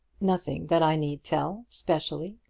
nothing that i need tell specially.